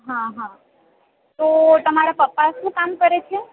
હાં હાં તો તમારા પપ્પા શું કામ કરે છે